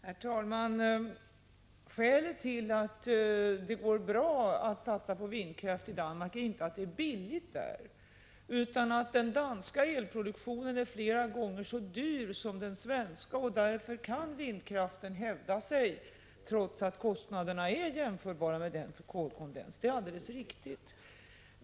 Herr talman! Skälet till att det går bra att satsa på vindkraft i Danmark är inte att det är billigt där utan att den danska elproduktionen är flera gånger så dyr som den svenska, och därför kan vindkraften hävda sig, trots att kostnaderna är jämförbara med dem för kolkondens — det är alldeles riktigt.